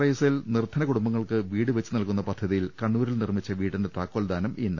I സെൽ നിർദ്ധന കുടുംബങ്ങൾക്ക് വീട് വെച്ച് നൽകുന്ന പദ്ധതിയിൽ കണ്ണൂരിൽ നിർമ്മിച്ച വീടിന്റെ താക്കോൽദാനം ഇന്ന്